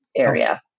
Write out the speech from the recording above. area